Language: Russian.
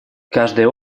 каждое